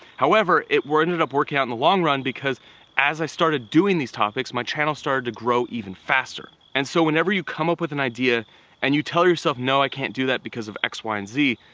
however, it ended up working out in the long run because as i started doing these topics, my channel started to grow even faster. and so whenever you come up with an idea and you tell yourself, no, i can't do that because of x, y, and z,